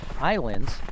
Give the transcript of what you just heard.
islands